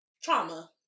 trauma